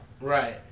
Right